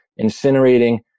incinerating